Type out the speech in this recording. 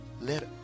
let